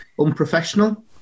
unprofessional